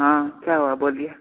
हॅं क्या हुआ बोलिये